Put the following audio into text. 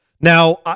Now